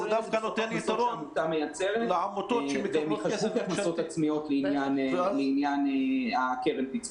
כל ההכנסות שהעמותה מייצרת ייחשבו כהכנסות עצמיות לעניין קרן הפיצוי.